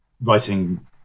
writing